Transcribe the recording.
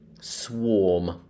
swarm